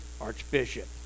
archbishop